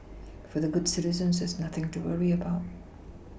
for the good citizens there is nothing to worry about